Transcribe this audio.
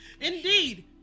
Indeed